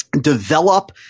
develop